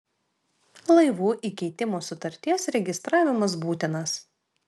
laivų įkeitimo sutarties registravimas būtinas